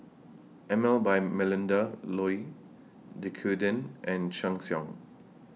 Emel By Melinda Looi Dequadin and Sheng Siong